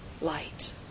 light